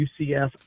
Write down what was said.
UCF